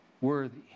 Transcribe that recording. worthy